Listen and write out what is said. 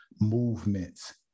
movements